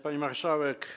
Pani Marszałek!